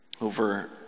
over